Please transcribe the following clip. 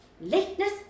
lateness